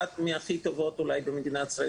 אחת מהכי טובות במדינת ישראל